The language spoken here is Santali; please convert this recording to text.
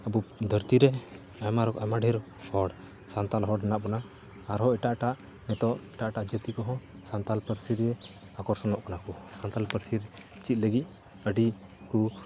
ᱟᱵᱚ ᱫᱷᱟᱹᱨᱛᱤᱨᱮ ᱟᱭᱟᱢ ᱟᱭᱢᱟ ᱰᱷᱮᱨ ᱦᱚᱲ ᱥᱟᱱᱛᱟᱲ ᱦᱚᱲ ᱦᱮᱱᱟᱜ ᱵᱚᱱᱟ ᱟᱨᱦᱚ ᱮᱴᱟᱜ ᱮᱴᱟᱜ ᱱᱤᱛᱚᱜ ᱮᱴᱟᱜ ᱮᱴᱟᱜ ᱡᱟᱹᱛᱤᱠᱚ ᱦᱚᱸ ᱥᱟᱱᱛᱟᱲ ᱯᱟᱹᱨᱥᱤᱨᱮ ᱟᱠᱚᱨᱥᱚᱱᱚᱜ ᱠᱟᱱᱟᱠᱚ ᱥᱟᱱᱛᱟᱲ ᱯᱟᱹᱨᱥᱤ ᱪᱤᱫ ᱞᱟᱹᱜᱤᱫ ᱟᱹᱰᱤ ᱦᱩᱠ